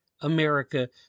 America